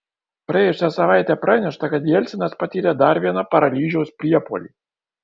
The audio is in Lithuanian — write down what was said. praėjusią savaitę pranešta kad jelcinas patyrė dar vieną paralyžiaus priepuolį